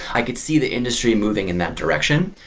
i could see the industry moving in that direction,